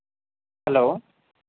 hello